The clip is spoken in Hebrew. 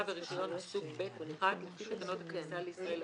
ורישיון ישיבה מסוג ב/1 לפי תקנות הכניסה לישראל,